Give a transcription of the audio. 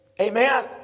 Amen